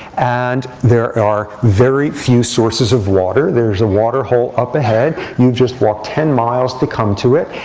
and there are very few sources of water. there's a water hole up ahead. you've just walked ten miles to come to it.